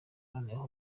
noneho